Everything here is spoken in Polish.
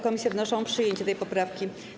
Komisje wnoszą o przyjęcie tej poprawki.